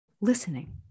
listening